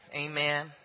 Amen